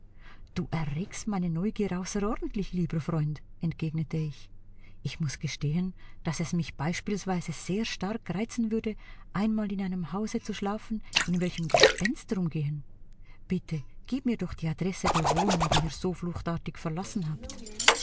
du erregst meine neugier außerordentlich lieber freund entgegnete ich ich muß gestehen daß es mich beispielsweise sehr stark reizen würde einmal in einem hause zu schlafen in welchem gespenster umgehen bitte gib mir doch die adresse der wohnung die ihr so fluchtartig verlassen habt